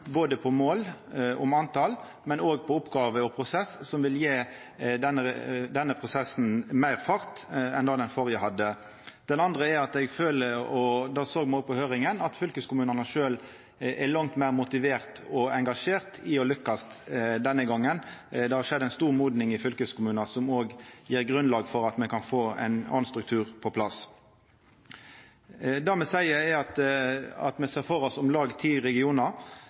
både på mål om tal og på oppgåver og prosess som vil gje denne prosessen meir fart enn det den førre hadde. Det andre er at eg føler, og det såg me i høyringa, at fylkeskommunane sjølv er langt meir motiverte og engasjerte for å lykkast denne gongen. Det har skjedd ei stor modning i fylkeskommunane som òg gjev grunnlag for at me kan få ein annan struktur på plass. Det me seier, er at me ser for oss om lag ti regionar,